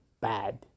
bad